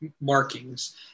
markings